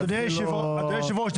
אדוני היושב-ראש,